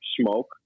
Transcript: smoke